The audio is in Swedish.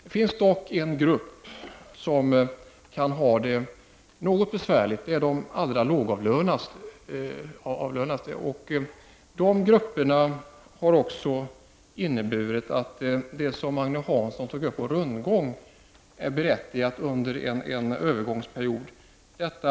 Det finns dock en grupp som kan ha det ganska besvärligt, nämligen de allra mest lågavlönade. Med hänsyn till dessa grupper är den rundgång som Agne Hansson tog upp berättigad under en övergångsperiod.